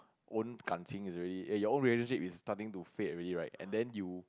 own 感情: gan qing is already eh your own relationship is starting to fade already right and then you